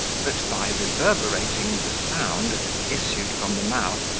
that, by reverberating, the sound, as it issued from the mouth,